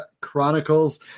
Chronicles